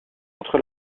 entre